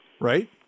Right